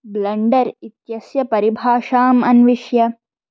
blunder इत्यस्य परिभाषाम् अन्विष्य